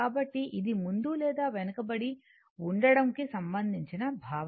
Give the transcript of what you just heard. కాబట్టి ఇది ముందు లేదా వెనుకబడి ఉండడం కి సంబంధించిన భావన